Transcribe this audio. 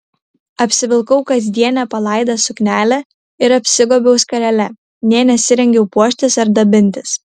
apsivilkau kasdienę palaidą suknelę ir apsigobiau skarele nė nesirengiau puoštis ar dabintis